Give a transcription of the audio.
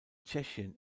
tschechien